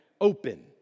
open